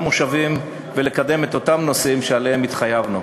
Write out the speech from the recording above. מושבים ולקדם את אותם נושאים שעליהם התחייבנו.